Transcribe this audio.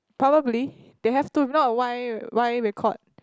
probably they have to if not why why record